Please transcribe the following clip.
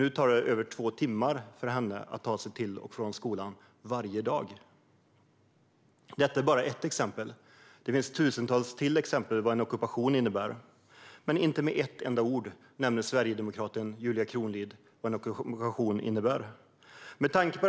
Nu tar det över två timmar för henne att ta sig till och från skolan varje dag. Detta är bara ett exempel. Det finns tusentals fler exempel på vad en ockupation innebär, men sverigedemokraten Julia Kronlid nämner inte detta med ett enda ord.